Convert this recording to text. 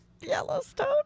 Yellowstone